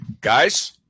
Guys